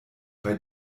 bei